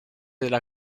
della